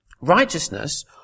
Righteousness